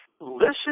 Listen